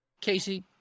Casey